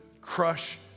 crush